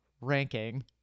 ranking